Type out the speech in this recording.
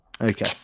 Okay